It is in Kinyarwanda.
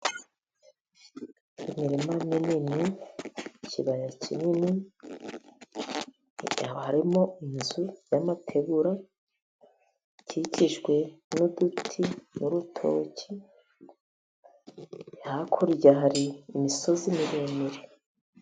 Imirima mini ni ikibaya kinini . Harimo inzu y'amategura ikikijwe n'uduti , n'urutoki . Hakurya , hari imisozi miremire .